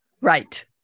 right